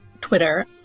twitter